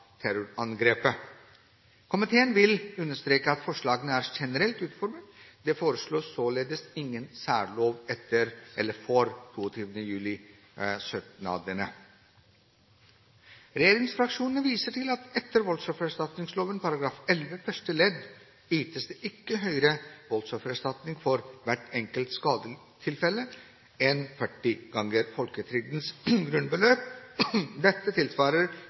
terrorangrepet. Komiteen vil understreke at forslagene er generelt utformet. Det foreslås således ingen særlov for 22. juli-søknadene. Regjeringsfraksjonen viser til at etter voldsoffererstatningsloven § 11 første ledd ytes det ikke høyere voldsoffererstatning for hvert enkelt skadetilfelle enn 40 ganger folketrygdens grunnbeløp. Dette tilsvarer